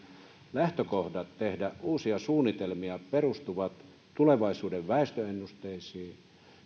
lähtökohdat tehdä uusia suunnitelmia perustuvat tulevaisuuden väestöennusteisiin